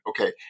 okay